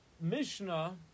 Mishnah